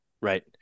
right